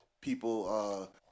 people